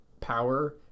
power